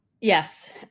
Yes